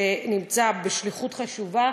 שנמצא בשליחות חשובה.